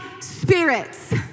spirits